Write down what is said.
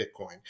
Bitcoin